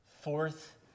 fourth